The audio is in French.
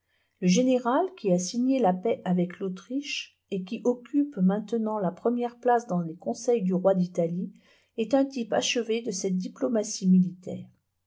le général qui a signé la paix avec l'autriche et qui occupe maintenant la première place dans les conseils du roi d'italie est un type achevé de cette diplomatie militaire